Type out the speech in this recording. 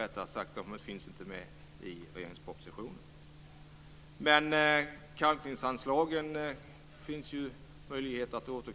Det finns möjlighet att återkomma till kalkningsanslagen i budgetdebatten.